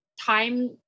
time